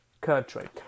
country